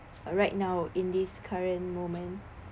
right now in this current moment